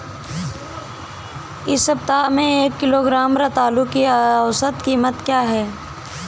इस सप्ताह में एक किलोग्राम रतालू की औसत कीमत क्या है?